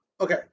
okay